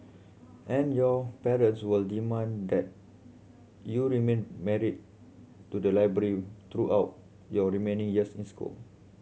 and your parents will demand that you remain married to the library throughout your remaining years in school